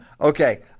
Okay